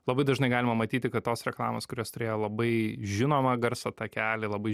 labai dažnai galima matyti kad tos reklamos kurios turėjo labai žinomą garso takelį labai